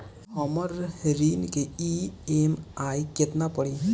हमर ऋण के ई.एम.आई केतना पड़ी?